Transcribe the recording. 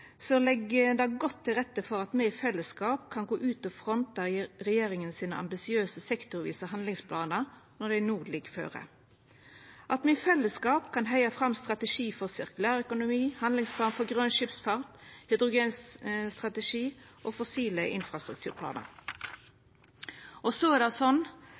det godt til rette for at me i fellesskap kan gå ut og fronta dei ambisiøse sektorvise handlingsplanane til regjeringa når dei no ligg føre – at me i fellesskap kan heia fram ein strategi for sirkulær økonomi, ein handlingsplan for grøn skipsfart, ein hydrogenstrategi og fossil infrastrukturplanar.